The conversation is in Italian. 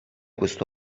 questo